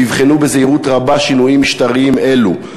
ויבחנו בזהירות רבה שינויים משטריים אלו.